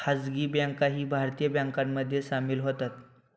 खासगी बँकाही भारतीय बँकांमध्ये सामील होतात